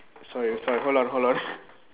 sorry sorry hold on hold on